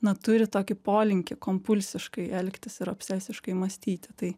na turi tokį polinkį kompulsiškai elgtis ir obsesiškai mąstyti tai